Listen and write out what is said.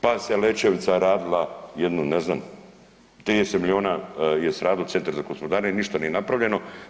Pa se Lećevica radila jednu ne znam, 30 miliona je se radilo centar za gospodarenje, ništa nije napravljeno.